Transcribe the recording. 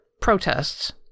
protests